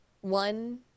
One